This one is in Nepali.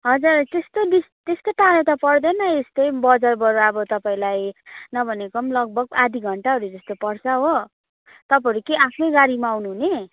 हजुर त्यस्तो डिस् त्यस्तो टाढो त पर्दैन यस्तै बजारबाट अब तपाईँलाई नभनेको पनि लगभग आधी घन्टाहरू जस्तो पर्छ हो तपाईँहरू के आफ्नै गाडीमा आउनु हुने